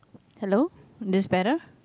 hello this better